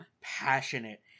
passionate